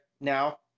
now